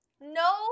no